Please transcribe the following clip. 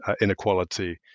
inequality